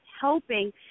helping